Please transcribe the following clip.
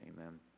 amen